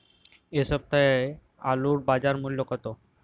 এ সপ্তাহের আলুর বাজার মূল্য কত?